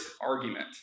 argument